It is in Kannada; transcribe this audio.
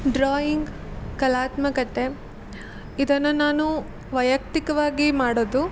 ಡ್ರಾಯಿಂಗ್ ಕಲಾತ್ಮಕತೆ ಇದನ್ನ ನಾನು ವೈಯಕ್ತಿಕವಾಗಿ ಮಾಡೋದು